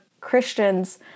Christians